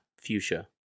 Fuchsia